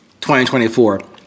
2024